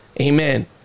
Amen